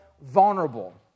vulnerable